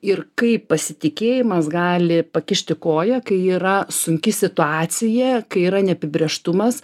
ir kaip pasitikėjimas gali pakišti koją kai yra sunki situacija kai yra neapibrėžtumas